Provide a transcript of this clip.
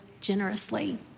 generously